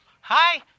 Hi